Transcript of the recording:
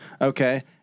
okay